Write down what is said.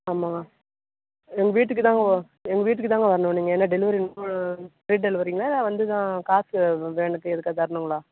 ஆமாங்க எங்கள் வீட்டுக்கு தான் வரும் எங்கள் வீட்டுக்குத் தாங்க வரணும் நீங்கள் ஏன்னா டெலிவரி ஃப்ரீ டெலிவரிங்களா இல்லை வந்து தான் காசு வேனுக்கு எதுக்கா தருணுங்களா